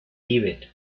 tíbet